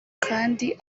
kandi